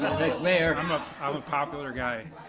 next mayor. i'm ah i'm a popular guy,